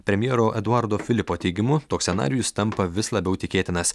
premjero eduardo filipo teigimu toks scenarijus tampa vis labiau tikėtinas